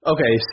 Okay